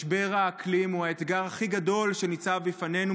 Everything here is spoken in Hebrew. משבר האקלים הוא האתגר הכי גדול שניצב בפנינו,